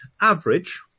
average